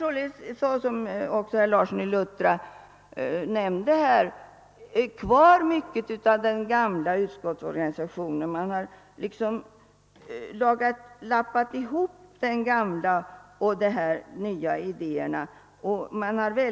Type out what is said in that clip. Såsom herr Larsson i Luttra nämnde finns det kvar mycket av den gamla utskottsorganisationen, men man har liksom lappat ihop den gamla organisationen och hängt på de nya idéerna.